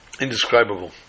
indescribable